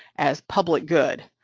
as public good,